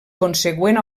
consegüent